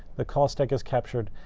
the call stack is captured,